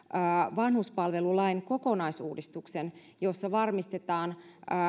vanhuspalvelulain kokonaisuudistuksen jossa varmistetaan